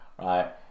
right